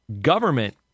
government